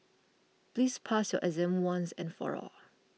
please pass your exam once and for all